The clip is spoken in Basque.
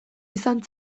izan